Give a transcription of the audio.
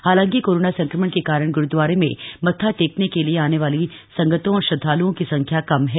हालांकि कोरोना संक्रमण के कारण ग्रुदवारे में मत्था टेकने के लिए थ ने वाली संगतों और श्रदधालुओ की संख्या कम है